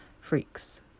freaks